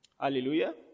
Hallelujah